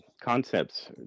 concepts